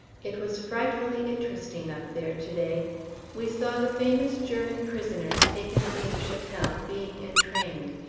it was frightfully interesting up there to-day we saw the famous german prisoners taken at neuve chapelle being entrained,